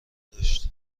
داشت